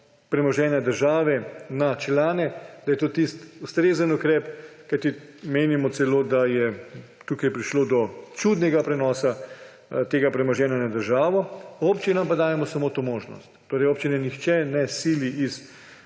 premoženja države na člane, da je to tisti ustrezen ukrep. Menimo celo, da je tukaj prišlo do čudnega prenosa tega premoženja na državo, občinam pa samo dajemo to možnost. Občine nihče ne sili iz